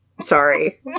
Sorry